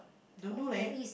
don't know leh